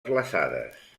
glaçades